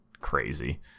crazy